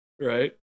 right